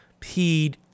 peed